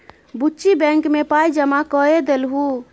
बुच्ची बैंक मे पाय जमा कए देलहुँ